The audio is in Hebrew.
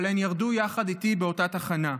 אבל הן ירדו יחד איתי באותה תחנה.